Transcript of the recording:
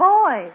boy